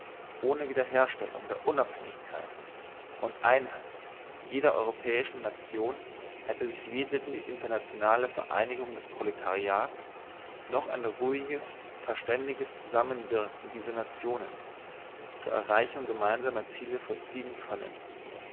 ohne wiederherstellung der unabhängigkeit und einheit jeder europäischen nation hätte sich weder die internationale vereinigung des proletariats noch ein ruhiges verständiges zusammenwirken dieser nationen zur erreichung gemeinsamer ziele vollziehen können